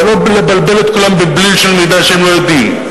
ולא לבלבל את כולם בבליל של מידע שהם לא יודעים,